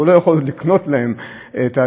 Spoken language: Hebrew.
הוא לא יכול לקנות להם דירות,